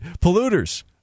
polluters